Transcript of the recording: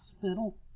hospital